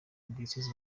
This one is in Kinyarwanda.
diyoseze